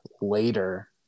later